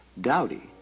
Dowdy